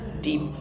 deep